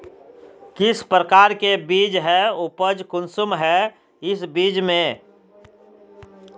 किस प्रकार के बीज है उपज कुंसम है इस बीज में?